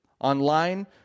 Online